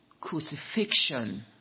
crucifixion